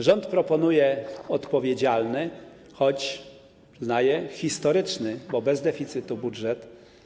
Rząd proponuje odpowiedzialny, choć - przyznaję - historyczny, bo bez deficytu, budżet.